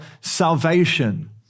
salvation